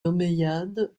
omeyyades